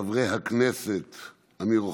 חבר הכנסת אמיר אוחנה,